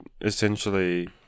essentially